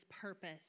purpose